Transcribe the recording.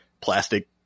plastic